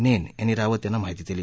नक्षियांनी रावत यांना माहिती दिली